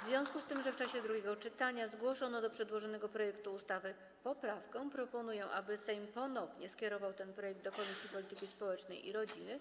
W związku z tym, że w czasie drugiego czytania zgłoszono do przedłożonego projektu ustawy poprawkę, proponuję, aby Sejm ponownie skierował ten projekt do Komisji Polityki Społecznej i Rodziny